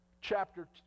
Chapter